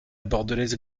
bordelaise